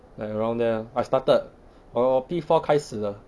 like around there ah I started 我我 P four 开始了